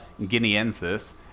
guineensis